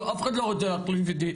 אף אחד לא רוצה להחליף איתי,